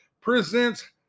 presents